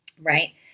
right